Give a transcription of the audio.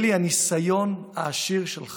אלי, הניסיון העשיר שלך,